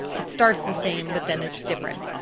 it starts the same, but then it's different.